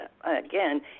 again